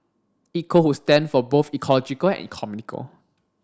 Eco would stand for both ecological and economical